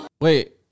Wait